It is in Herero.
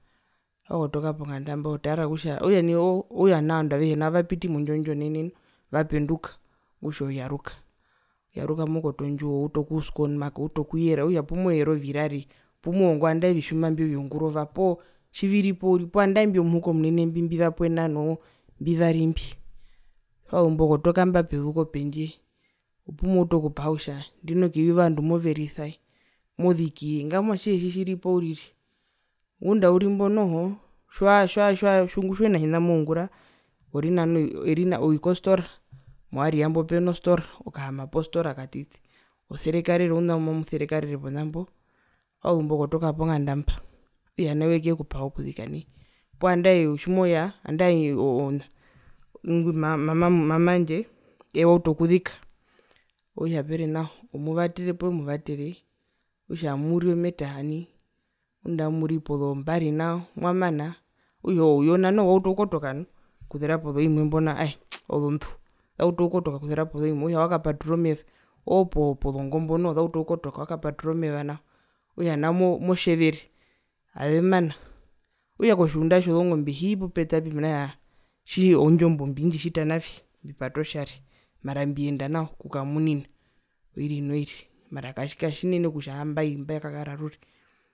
Tjiwakotoka ponganda okutja ovandu avehe vapiti nao mondjiwo ndjo nenene vapenduka okutja oyaruka oyaruka moukoto wondjiwo outu okuskoonmaka outu okuyera okutja opumoyere ovirare opumoongo andae ovitjuma imbi vyongurova tjiviripo uriri poo andae imbi vyo muhukomunene imbi mbivapwena noo mbivari mbi tjazumbo okotoka mba pezuko pendje opumoutu okupaha kutja ndino vandu moverisaye mozikiye ngamwa atjihe tjitjiripo uriri ngunda aurimbo noho tjiwa tjiwa tjiuhina tjina tjimoungura orinana oi kostora mo area mbo peno stora okahaama postora katiti oserekarere ouna mbumamuserekarere ponambo tjiwazumbo kotoka ponganda mba okutja nai wekuyekupaha okuzika nai poo andae tjimoya andae oo oo ona ingwi mama wandje eewautu okuzika okutja peri nawa omuvatere puwemuvatere okutja amuri ometaha nai ngunda amamuri pozombari nao mwamana okutja ouyona noho wautuokukotoka nu okuzira pozoimwe imbo nao aaee mxiii ozondu zautu okukotoka okuza pozoimwe okutja wakapaturura omeva oopo opozongombo noho zautu okukotoka wakapaturura omeva nao okutja nao motjevere azemana okutja kotjunda tjozongombe hii pupetapi mena rokutja indjo mbumbi indji tjita navi mbipata otjari mara mbiyenda nao okukamunina oiri noiri mara katjinene kutja mbakakara orure.